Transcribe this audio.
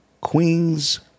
Queens